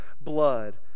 blood